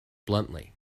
bluntly